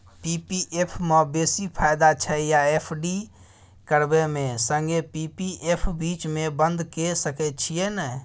P P F म बेसी फायदा छै या एफ.डी करबै म संगे पी.पी एफ बीच म बन्द के सके छियै न?